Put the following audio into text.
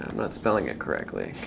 not spelling it correctly